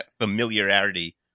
familiarity